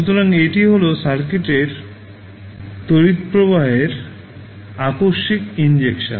সুতরাং এটি হল সার্কিটের তড়িৎ প্রবাহের আকস্মিক ইনজেকশন